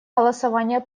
голосование